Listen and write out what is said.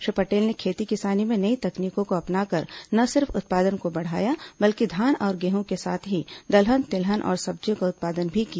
श्री पटेल ने खेती किसानी में नई तकनीकों को अपनाकर न सिर्फ उत्पादन को बढ़ाया बल्कि धान और गेहूं के साथ ही दलहन तिलहन और सब्जियों का उत्पादन भी किया